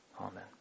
Amen